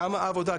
כמה עבודה,